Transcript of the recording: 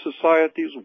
societies